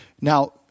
Now